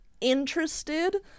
interested